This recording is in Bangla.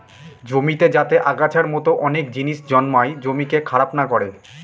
জমিতে যাতে আগাছার মতো অনেক জিনিস জন্মায় জমিকে খারাপ না করে